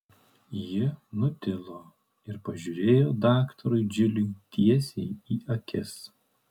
ji nutilo ir pažiūrėjo daktarui džiliui tiesiai į akis